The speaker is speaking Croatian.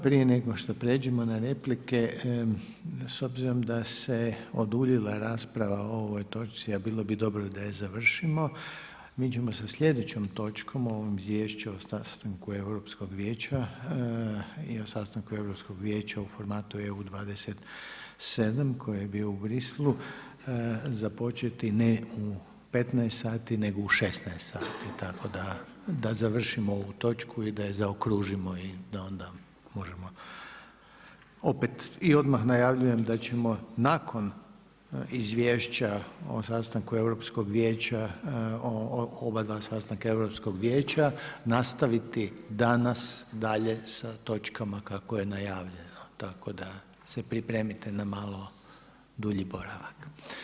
Prije nego što prijeđemo na replike, s obzirom da se oduljila rasprava o ovoj točci, a bilo bi dobro da je završimo mi ćemo sa sljedećom točkom ovom Izvješću o sastanku Europskog vijeća i o sastanku Europskog vijeća u formatu EU 27 koji je bio u Bruxellesu započeti ne u 15,00 sati nego u 16,00 sati tako da završimo ovu točku i da je zaokružimo i da onda možemo opet i odmah najavljujem da ćemo nakon izvješća o sastanku Europskog vijeća obadva sastanka Europskog vijeća nastaviti danas dalje sa točkama kako je najavljeno, tako da se pripremite na malo dulji boravak.